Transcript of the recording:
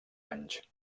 anys